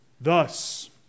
Thus